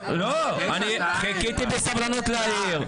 חיכיתי בסבלנות להעיר.